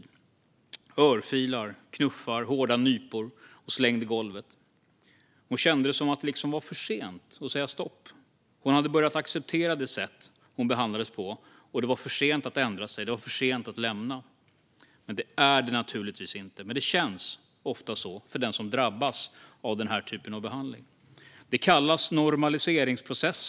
Det var örfilar, knuffar och hårda nypor, och hon blev slängd i golvet. Hon kände att det liksom var för sent att säga stopp. Hon hade börjat acceptera det sätt hon behandlades på, och det var för sent att ändra sig, det var för sent att lämna honom. Det är det naturligtvis inte, men det känns ofta så för den som drabbas av den här typen av behandling. Det kallas normaliseringsprocess.